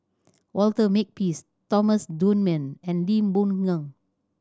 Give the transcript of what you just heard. Walter Makepeace Thomas Dunman and Lee Boon Ngan